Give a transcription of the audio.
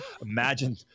Imagine